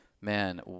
man